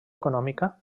econòmica